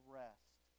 rest